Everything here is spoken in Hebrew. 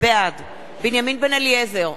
בעד בנימין בן-אליעזר,